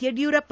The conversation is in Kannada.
ಯಡಿಯೂರಪ್ಪ